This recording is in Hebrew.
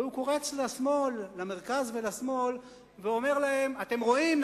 והוא קורץ למרכז ולשמאל ואומר להם: אתם רואים,